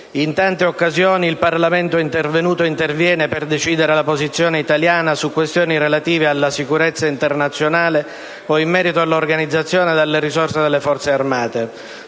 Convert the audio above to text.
In tante occasioni il Parlamento è intervenuto ed interviene per decidere la posizione italiana su questioni relative alla sicurezza internazionale o in merito all'organizzazione delle risorse delle Forze armate.